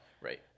Right